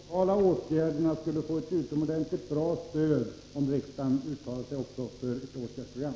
Herr talman! De lokala åtgärderna skulle få ett utomordentligt bra stöd, om riksdagen uttalade sig också för ett åtgärdsprogram.